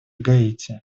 гаити